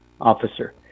officer